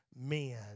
men